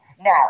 Now